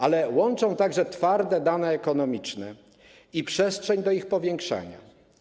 Ale łączą nas także twarde dane ekonomiczne i przestrzeń do ich powiększania.